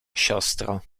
siostro